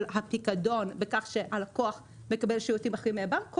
הפיקדון בכך שהלקוח מקבל שירותים אחרים מהבנק,